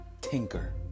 tinker